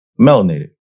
Melanated